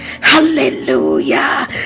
Hallelujah